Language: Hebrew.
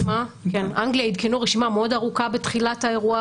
באנגלייה עדכנו רשימה ארוכה מאוד בתחילת האירוע,